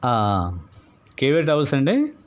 KY travels అండి